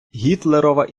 гітлерова